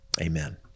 amen